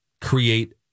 create